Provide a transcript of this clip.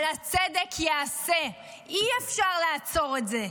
אבל הצדק ייעשה, אי-אפשר לעצור את זה.